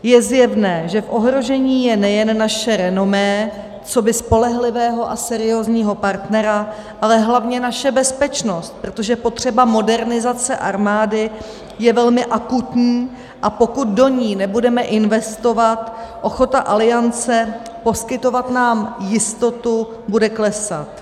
Je zjevné, že v ohrožení je nejen naše renomé coby spolehlivého a seriózního partnera, ale hlavně naše bezpečnost, protože potřeba modernizace armády je velmi akutní, a pokud do ní nebudeme investovat, ochota Aliance poskytovat nám jistotu bude klesat.